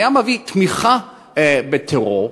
היה מביע תמיכה בטרור,